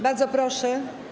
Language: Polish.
Bardzo proszę.